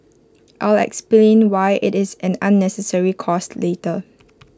I'll explain why IT is an unnecessary cost later